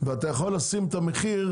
ואתה יכול לשים את המחיר,